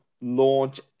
launch